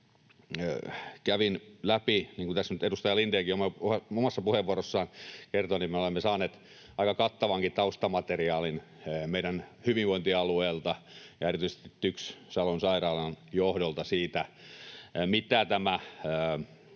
kuin tässä nyt edustaja Lindénkin omassa puheenvuorossaan kertoi, niin me olemme saaneet aika kattavankin taustamateriaalin meidän hyvinvointialueelta ja erityisesti TYKS Salon sairaalan johdolta siitä, mitä tämä